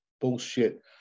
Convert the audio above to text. bullshit